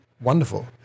wonderful